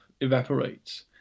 evaporates